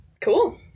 Cool